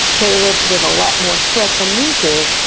they lived with a lot more threat than we do.